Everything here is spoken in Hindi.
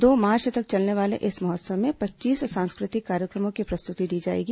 दो मार्च तक चलने वाले इस महोत्सव में पच्चीस सांस्कृतिक कार्यक्रमों की प्रस्तुति दी जाएगी